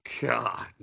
God